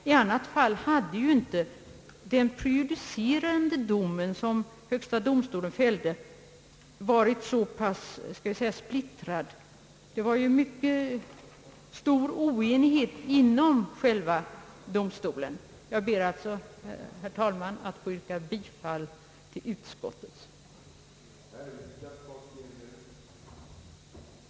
I annat fall hade inte den prejudicerande dom som högsta domstolen fällde varit så, skall vi säga, splittrad — det rådde ju mycket stor oenighet inom själva domstolen. Jag ber, herr talman, att få yrka bifall till utskottets förslag.